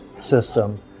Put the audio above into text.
system